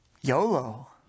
YOLO